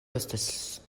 estus